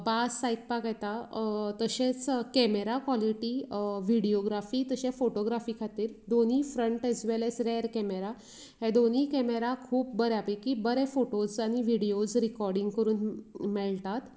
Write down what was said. बास आयकपाक येता तशेंच केमेरा क्वलिटी विडिओग्राफी तशेंच फोटोग्राफी खातीर दोनी front as well as rear camera हे दोनूय केमेरा खूब बऱ्या पैकी बरें फोटोस आनी विडिओ रिकर्डींग करून मेळटात